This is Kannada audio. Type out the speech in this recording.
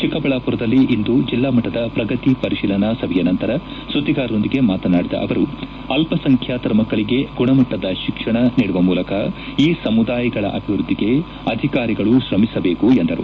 ಚಿಕ್ಕಬಳ್ಳಾಪುರದಲ್ಲಿ ಇಂದು ಜಿಲ್ಲಾಮಟ್ಟದ ಪ್ರಗತಿ ಪರಿಶೀಲನಾ ಸಭೆಯ ನಂತರ ಸುದ್ದಿಗಾರರೊಂದಿಗೆ ಮಾತನಾಡಿದ ಅವರುಅಲ್ಪಸಂಖ್ಯಾತರ ಮಕ್ಕಳಿಗೆ ಗುಣಮಟ್ಟದ ಶಿಕ್ಷಣ ನೀಡುವ ಮೂಲಕ ಈ ಸಮುದಾಯಗಳ ಅಭಿವೃದ್ದಿಗೆ ಅಧಿಕಾರಿಗಳು ಶ್ರಮಿಸಬೇಕು ಎಂದರು